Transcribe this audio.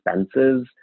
expenses